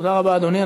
תודה רבה, אדוני.